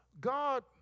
God